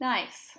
Nice